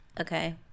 okay